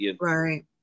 Right